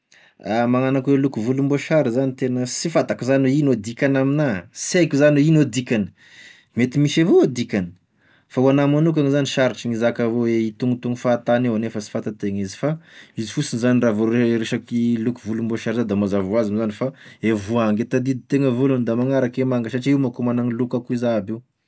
Ah magnano akoa e loko volomboasary zany tena sy fantako zany hoe ino e dikany aminah, sy aiko zany hoe ino e dikany fa misy avao e dikany fa hoagnah magnokany zany sarotry gn'hizaka hoe hitognotogno fahatany eo nefa sy fantantena izy fa izy fosiny zany raha vao re- resaky loko volomboasary da mazava ho azy moa zany fa e voangy e tadidintena voalohany da magnaraky e manga satria io manko magnagny loko akoa izà aby io.